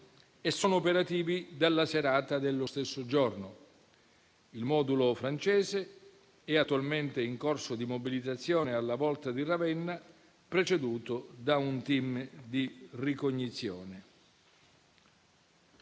e sono operativi dalla serata dello stesso giorno. Il modulo francese è attualmente in corso di mobilizzazione alla volta di Ravenna, preceduto da un *team* di ricognizione.